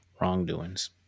wrongdoings